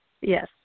Yes